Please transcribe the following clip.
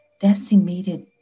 decimated